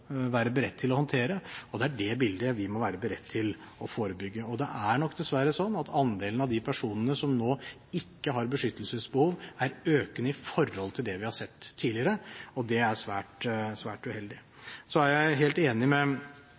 være beredt til å håndtere, det er det bildet vi må være beredt til å forebygge. Og det er nok dessverre sånn at andelen av de personene som nå ikke har beskyttelsesbehov, er økende i forhold til det vi har sett tidligere, og det er svært uheldig. Så er jeg helt enig med